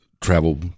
travel